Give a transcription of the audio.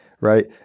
right